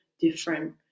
different